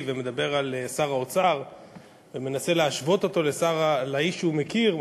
ומדבר על שר האוצר ומנסה להשוות אותו לאיש שהוא מכיר,